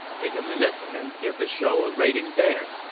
take a minute and give the show a rating there.